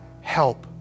help